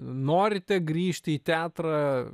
norite grįžti į teatrą